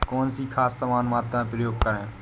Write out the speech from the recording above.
कौन सी खाद समान मात्रा में प्रयोग करें?